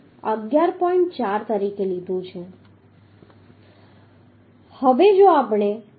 4 તરીકે લીધું છે